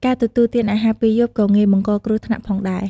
ការទទួលទានអាហារពេលយប់ក៏ងាយបង្ករគ្រោះថ្នាក់ផងដែរ។